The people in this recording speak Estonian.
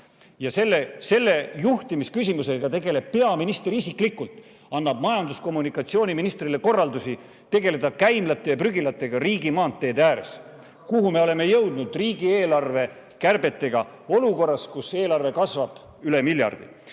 Ja selle juhtimisküsimusega tegeleb peaminister isiklikult, annab majandus- ja kommunikatsiooniministrile korraldusi tegeleda käimlate ja prügikastidega riigimaanteede ääres. Kuhu me oleme jõudnud riigieelarve kärbetega olukorras, kus eelarve kasvab üle miljardi?